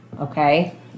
Okay